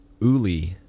Uli